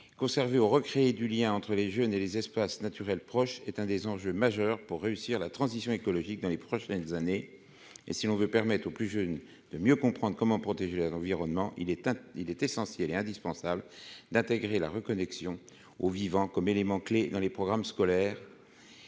conserver au recréer du lien entre les jeunes et les espaces naturels proches est un des enjeux majeurs pour réussir la transition écologique dans les prochaines années, et si l'on veut permettre aux plus jeunes, de mieux comprendre comment protéger l'environnement, il est à, il est essentiel et indispensable d'intégrer la reconnexion au vivant comme élément clé dans les programmes scolaires,